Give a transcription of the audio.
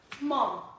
Mom